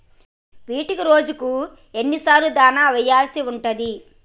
వీటికి రోజుకు ఎన్ని సార్లు దాణా వెయ్యాల్సి ఉంటది?